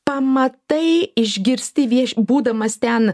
pamatai išgirsti vieš būdamas ten